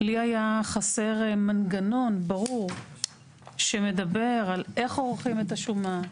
לי היה חסר מנגנון ברור שמדבר על איך עורכים את השומה,